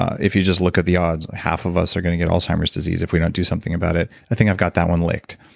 if you just look at the odds, half of us are going to get alzheimer's disease if we don't do something about it. i think i've got that one licked.